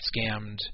scammed